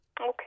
Okay